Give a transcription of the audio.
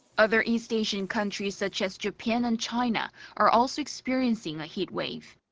other east asian countries such as japan and china are also experiencing a heat wave.